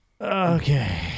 Okay